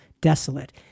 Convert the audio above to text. desolate